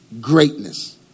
greatness